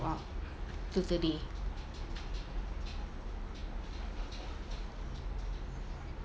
up to today